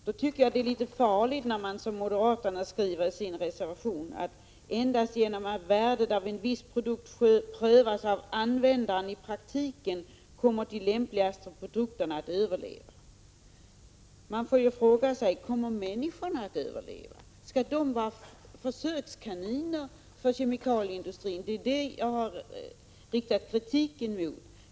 Då tycker jag det är farligt när man som moderaterna skriver i reservationen: ”Endast genom att värdet av en viss produkt prövas av användaren i praktiken kommer de lämpligaste produkterna att överleva.” Då frågar man sig: Kommer människorna att överleva? Skall de vara försökskaniner för kemikalieindustrin? Det är ju detta som jag har riktat kritik mot.